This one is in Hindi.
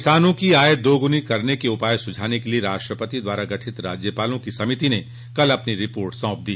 किसानों की आय दोगुनी करने के उपाय सुझाने के लिए राष्ट्रपति द्वारा गठित राज्यपालों की समिति ने कल अपनी रिपोर्ट सौंप दी